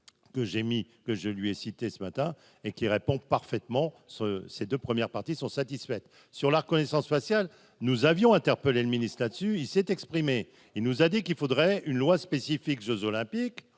que j'ai mis que je lui ai cité ce matin et qui répond parfaitement ce ces 2 premières parties sont satisfaites sur la reconnaissance faciale nous avions interpellé le ministre là-dessus, il s'est exprimé, il nous a dit qu'il faudrait une loi spécifique jeux olympiques